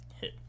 hit